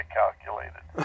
calculated